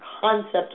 concept